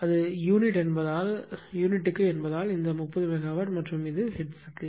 அது யூனிட் என்பதால் இந்த 30 மெகாவாட் மற்றும் இது ஹெர்ட்ஸ்